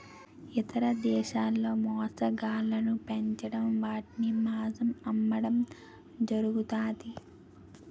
ఇతర దేశాల్లో మొసళ్ళను పెంచడం వాటి మాంసం అమ్మడం జరుగుతది